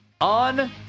On